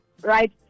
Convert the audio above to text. right